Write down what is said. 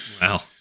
Wow